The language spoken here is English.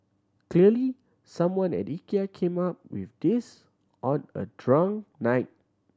clearly someone at Ikea came up with this on a drunk night